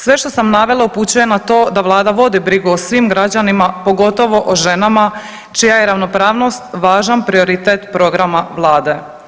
Sve što sam navela upućuje na to da Vlada vodi brigu o svim građanima, pogotovo o ženama čija je ravnopravnost važan prioritet programa Vlade.